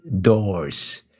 doors